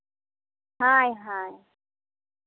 ᱦᱳᱭ ᱦᱳᱭ